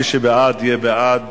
מי שבעד יהיה בעד